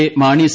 A Mani C